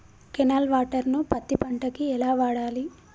Canal water ను పత్తి పంట కి ఎలా వాడాలి?